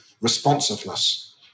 responsiveness